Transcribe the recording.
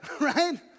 right